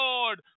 Lord